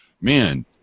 man